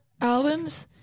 albums